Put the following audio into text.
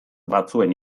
batzuen